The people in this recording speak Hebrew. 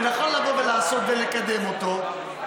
ונכון לבוא ולעשות ולקדם אותו.